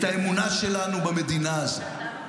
את האמונה שלנו במדינה הזאת,